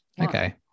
Okay